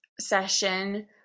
session